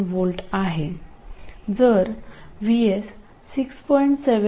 7V आहे जर VS 6